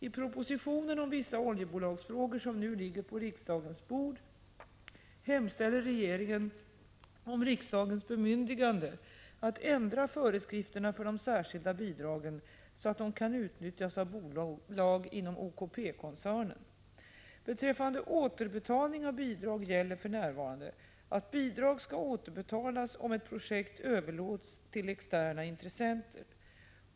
I propositionen om vissa oljebolagsfrågor, som nu ligger på riksdagens bord, hemställer regeringen om riksdagens bemyndigande att ändra föreskrifterna för de särskilda bidragen så att de kan utnyttjas av bolag inom OKP koncernen. Beträffande återbetalning av bidrag gäller för närvarande att bidrag skall återbetalas om ett projekt överlåts till externa intressenter.